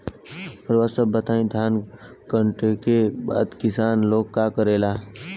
रउआ सभ बताई धान कांटेके बाद किसान लोग का करेला?